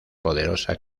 poderosa